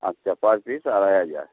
আচ্ছা per piece আড়াই হাজার